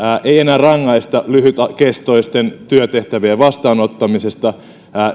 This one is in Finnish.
ei enää rangaista lyhytkestoisten työtehtävien vastaanottamisesta